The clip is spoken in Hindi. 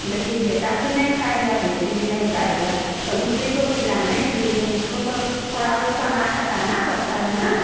लेकिन बेटा भी नहीं खाएगा बेटी भी नहीं खाएगी तो उसी को खिलाने के लिए हम उसको तो थोड़ा बहुत अनाज हटाना पड़ता है ना